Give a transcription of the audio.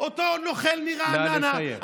אותו נוכל מרעננה, נא לסיים.